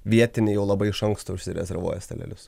vietiniai jau labai iš anksto užsirezervuoja stalelius